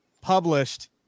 published